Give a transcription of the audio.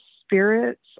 spirits